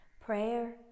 Prayer